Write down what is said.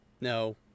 No